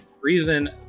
reason